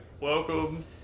Welcome